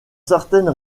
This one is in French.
certaines